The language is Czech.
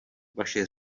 vaše